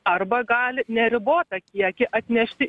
arba gali neribotą kiekį atnešti